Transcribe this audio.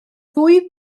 ddwy